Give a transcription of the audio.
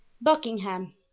buckingham